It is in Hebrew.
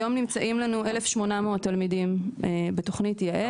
היום נמצאים 1,800 תלמידים בתוכנית יעל.